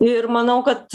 ir manau kad